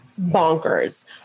bonkers